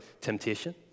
temptation